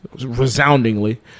resoundingly